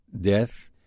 death